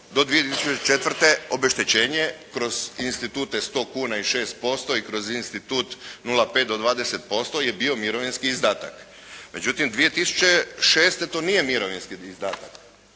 do 2004. obeštećenje kroz institute 100 kuna i 6% i kroz institut 0,5 do 20% je bio mirovinski izdatak. Međutim, 2006. to nije mirovinski izdatak